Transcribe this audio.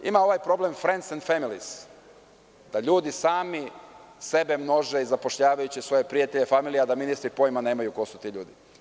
Ima ovaj problem „frends end femilis“, da ljudi sami sebe množe, zapošljavajući svoje prijatelje, familiju, a da ministri pojma nemaju ko su ti ljudi.